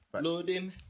Loading